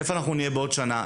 איפה נהיה בעוד שנה,